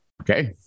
Okay